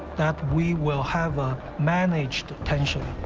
that we will have a managed tension.